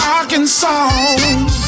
Arkansas